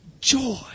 joy